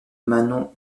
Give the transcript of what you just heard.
manon